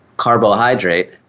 Carbohydrate